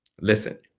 Listen